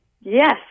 Yes